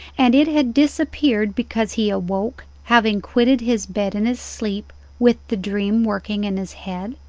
and it had disappeared because he awoke, having quitted his bed in his sleep with the dream working in his head?